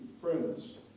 friends